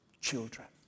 children